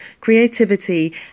creativity